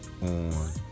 On